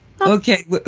okay